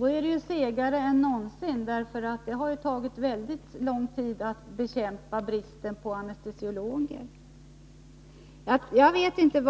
Då är det segare än någonsin, för i så fall har det tagit mycket lång tid att avhjälpa bristen på anestesiologer. Jag vet inte